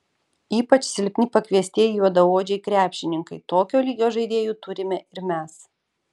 ypač silpni pakviestieji juodaodžiai krepšininkai tokio lygio žaidėjų turime ir mes